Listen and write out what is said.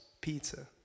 pizza